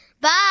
Bye